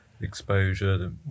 exposure